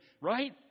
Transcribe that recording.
Right